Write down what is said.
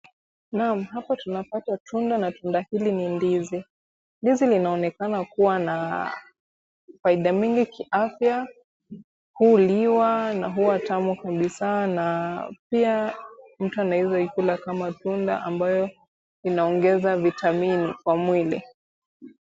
Naam hapa tunapata tunda na tunda hili ni ndizi. Ndizi linaonekana kuwa na faida nyingi kiafya. Huliwa na huwa tamu kabisaa na pia mtu anaweza ikula kama tunda ambayo linaloongeza vitamini kwa mwili.